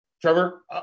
Trevor